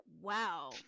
wow